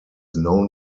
known